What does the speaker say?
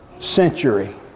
century